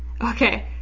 Okay